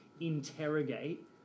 interrogate